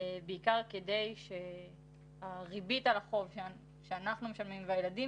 בעיקר כדי שהריבית על החוב שאנחנו משלמים והילדים